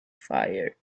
fire